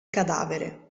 cadavere